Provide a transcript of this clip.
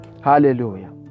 Hallelujah